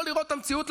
לא לראות את המציאות,